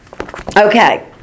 Okay